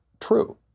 true